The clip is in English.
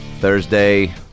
Thursday